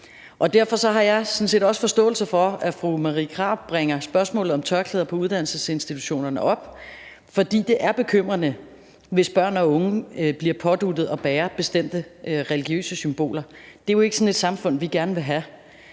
har jeg sådan set også forståelse for, at fru Marie Krarup bringer spørgsmålet om tørklæder på uddannelsesinstitutionerne op, for det er bekymrende, hvis børn og unge bliver påduttet at bære bestemte religiøse symboler. Det er jo ikke sådan et samfund, vi gerne vil have.